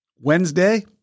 Wednesday